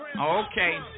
okay